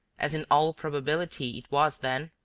as in all probability it was then,